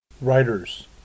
Writers